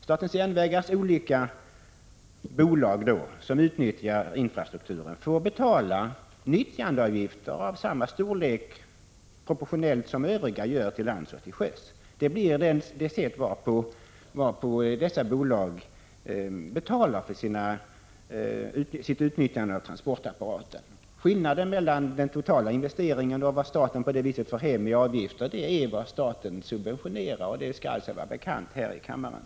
Statens järnvägars olika bolag, som utnyttjar denna infrastruktur, får betala nyttjandeavgifter av proportionellt samma storlek som övriga transportföretag gör till lands och till sjöss. Det blir det sätt varpå dessa bolag betalar för sitt utnyttjande av transportapparaten. Skillnaden mellan den totala investeringen och vad staten på det viset får in i avgifter utgör statens subvention till järnvägstrafiken, och det skulle alltså vara bekant för oss här i kammaren.